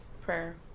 prayer